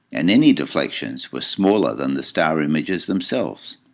and any deflections were smaller than the star images themselves.